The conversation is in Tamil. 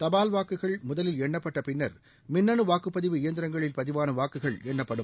தபால் வாக்குகள் முதலில் எண்ணப்பட்ட பின்னர் மின்னணு வாக்குப் பதிவு இயந்திரங்களில் பதிவான வாக்குகள் எண்ணப்படும்